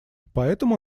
поэтому